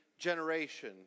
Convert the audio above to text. Generation